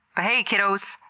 hey kiddos,